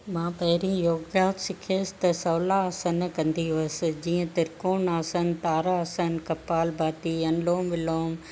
मां पहिरीं योगा सिखयसि त सोलह आसन कंदी हुयसि जीअं त्रिकोन आसन ताड़ासन कपाल भाती अनुलोम विलोम